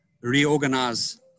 reorganize